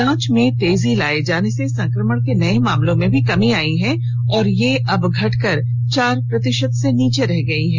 जांच में तेजी लाए जाने से संक्रमण र्क नये मामलों में भी कमी आई है और ये अब घटकर चार प्रतिशत से नीचे रह गए हैं